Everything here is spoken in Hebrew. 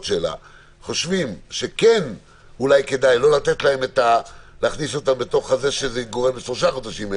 שלה חושבים שכן אולי כדאי לא להכניס אותם בתוך השלושה חודשים,